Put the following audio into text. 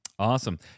Awesome